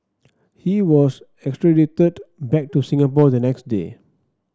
he was extradited back to Singapore the next day